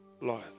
Lord